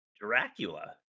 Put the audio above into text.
Dracula